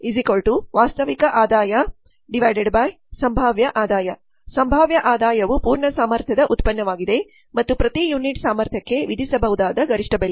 ಇಳುವರಿ ವಾಸ್ತವಿಕ ಆದಾಯ ಸಂಭಾವ್ಯ ಆದಾಯ ಸಂಭಾವ್ಯ ಆದಾಯವು ಪೂರ್ಣ ಸಾಮರ್ಥ್ಯದ ಉತ್ಪನ್ನವಾಗಿದೆ ಮತ್ತು ಪ್ರತಿ ಯುನಿಟ್ ಸಾಮರ್ಥ್ಯಕ್ಕೆ ವಿಧಿಸಬಹುದಾದ ಗರಿಷ್ಠ ಬೆಲೆ